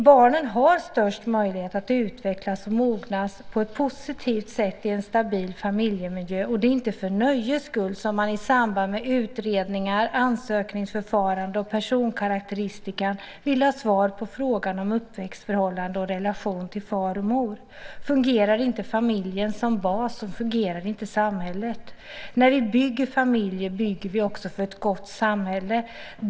Barnen har största möjligheterna att utvecklas och att mogna på ett positivt sätt i en stabil familjemiljö. Det är inte för nöjes skull som man i samband med utredningar, ansökningsförfaranden och personkarakteristika vill ha svar på frågan om uppväxtförhållanden och relation till far och mor. Fungerar inte familjen som bas fungerar heller inte samhället. När vi bygger familjer bygger vi också för ett gott samhälle.